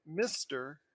Mr